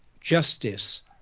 justice